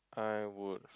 I would